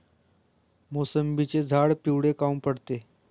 मोसंबीचे झाडं पिवळे काऊन पडते?